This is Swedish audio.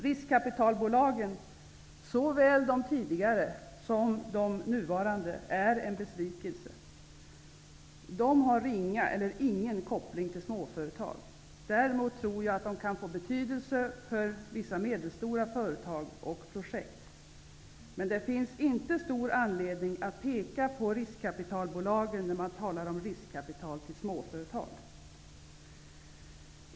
Riskkapitalbolagen, såväl de tidigare som de nuvarande, är en besvikelse. De har ringa, eller ingen, koppling till småföretag. Däremot tror jag att de kan få betydelse för vissa medelstora företag och projekt. Men det finns inte stor anledning att peka på riskkapitalbolagen när man talar om riskkapital till småföretag.